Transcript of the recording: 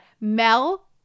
mel